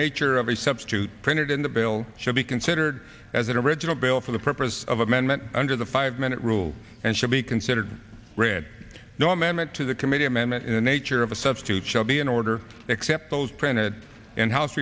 nature of a substitute printed in the bill should be considered as an original bill for the purpose of amendment under the five minute rule and should be considered read no amendment to the committee amendment in the nature of a substitute shall be in order except those printed and house